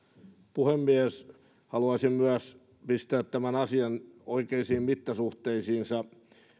puhemies haluaisin myös pistää tämän asian oikeisiin mittasuhteisiinsa